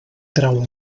trau